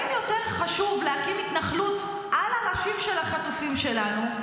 אם יותר חשוב להקים התנחלות על הראשים של החטופים שלנו,